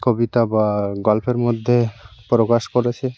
কবিতা বা গল্পের মধ্যে প্রকাশ করেছে